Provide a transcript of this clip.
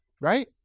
Right